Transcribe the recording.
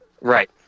Right